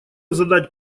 задать